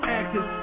actors